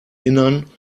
innern